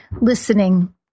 listening